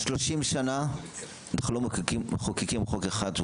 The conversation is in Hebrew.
30 שנה אנחנו לא מחוקקים חוק אחד שהוא